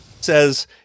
says